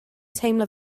teimlo